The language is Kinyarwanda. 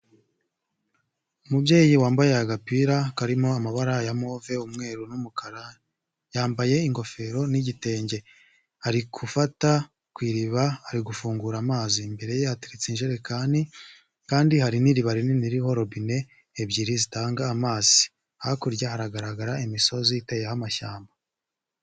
Umubyeyi wambaye agapira karimo amabara ya move, umweru n'umukara, yambaye ingofero n'igitenge, ari gufata ku iriba ari gufungura amazi imbere ye, hateretse injerekani kandi hari n'iriba rinini ririho robine ebyiri zitanga amazi hakurya haragaragara imisozi iteyeho amashyamba.